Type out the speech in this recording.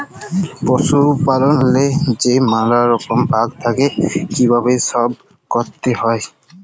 পশুপাললেল্লে যে ম্যালা রকম ভাগ থ্যাকে কিভাবে সহব ক্যরতে হয়